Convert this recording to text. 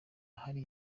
ahari